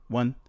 one